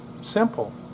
simple